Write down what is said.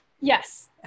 Yes